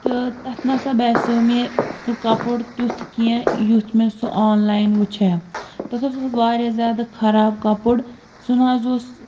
تہٕ تَتھ نَہ سا باسیو مےٚ سُہ کَپُر تیُتھ کیٚنٛہہ یُتھ مےٚ سُہ آن لایِن وٕچھَیا تَتھ اوس واریاہ زیادٕ خراب کَپُر سُہ نہٕ حظ اوس